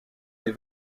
est